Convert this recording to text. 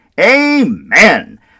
Amen